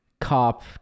cop